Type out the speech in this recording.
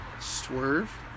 Swerve